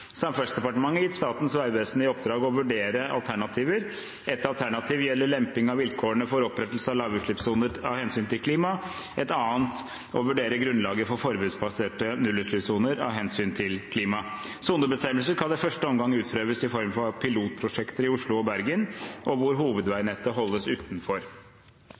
Samferdselsdepartementet har gitt Statens vegvesen i oppdrag å vurdere alternativer. Ett alternativ gjelder lemping av vilkårene for opprettelse av lavutslippssoner av hensyn til klima, et annet å vurdere grunnlaget for forbudsbaserte nullutslippssoner av hensyn til klima. Sonebestemmelser skal i første omgang utprøves i form av pilotprosjekter i Oslo og Bergen, og hovedveinettet holdes utenfor.